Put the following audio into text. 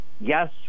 yes